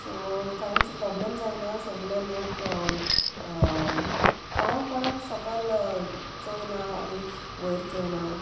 so कांयच problem जायना सोगलो लोक कोणाक कोणाक सोकोल चोयना आनी वयर चोयना